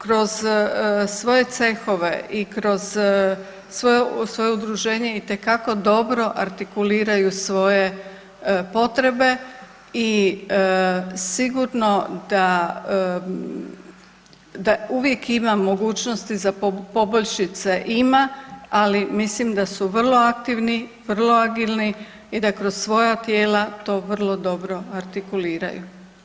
Kroz svoje cehove i kroz svoje udruženje itekako dobro artikuliraju svoje potrebe i sigurno da uvijek ima mogućnosti za poboljšice ima, ali mislim da su vrlo aktivni, vrlo agilni i da kroz svoja tijela vrlo dobro artikuliraju.